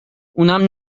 اونم